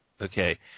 okay